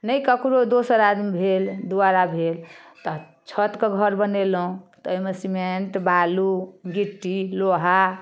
नहि ककरो दोसर आदमी भेल द्वारा भेल तऽ छतके घर बनेलहुँ तैमे सीमेंट बालू गिट्टी लोहा